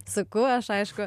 suku aš aišku